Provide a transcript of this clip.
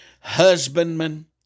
husbandman